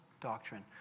doctrine